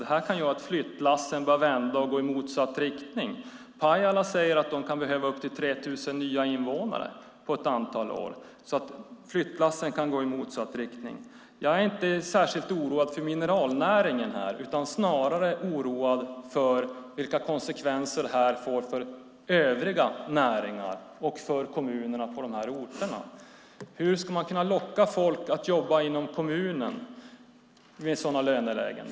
Det här kan göra att flyttlassen börjar vända och går i motsatt riktning. I Pajala kan det bli upp till 3 000 nya invånare på några år. Flyttlassen kan gå i motsatt riktning. Jag är inte särskilt oroad för mineralnäringen utan snarare oroad för vilka konsekvenser det här får för övriga näringar och för kommunerna på orterna. Hur ska man locka folk att jobba i kommunen med sådana lönelägen?